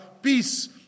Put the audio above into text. peace